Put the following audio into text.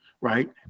right